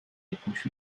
yetmiş